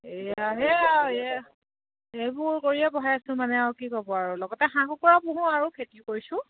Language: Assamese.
এইয়া সেয়া আৰু এইয়া এইবোৰ কৰিয়ে পঢ়াই আছোঁ মানে আৰু কি ক'ব আৰু লগতে হাঁহ কুকুৰাও পুহোঁ আৰু খেতি কৰিছোঁ